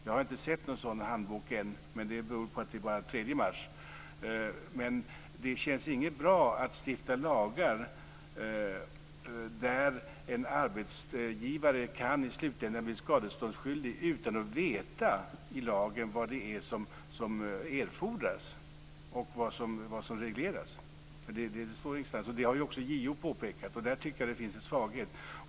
Jag har inte sett någon sådan handbok än, men det beror väl på att det bara är den 3 mars. Det känns inte bra att stifta lagar som innebär att en arbetsgivare i slutändan kan bli skadeståndsskyldig utan att han genom att läsa lagen kan ta reda på vad det är som erfordras och vad som regleras. Det står ingenstans. Det har också JO påpekat. Där tycker jag att det finns en svaghet.